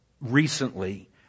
recently